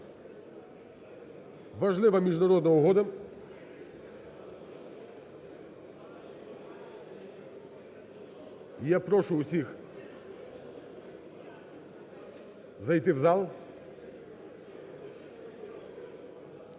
Важлива міжнародна угода, і я прошу усіх зайти в зал.